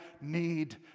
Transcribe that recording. need